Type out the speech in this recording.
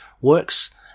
works